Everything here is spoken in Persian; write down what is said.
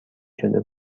شده